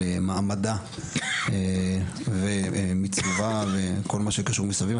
על מעמדה וכל מה שקשור מסביב,